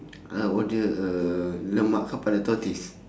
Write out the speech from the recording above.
I'll order uh lemak kepala tortoise